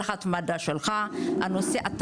על ההתמדה שלך בנושא,